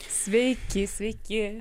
sveiki sveiki